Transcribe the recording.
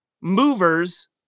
movers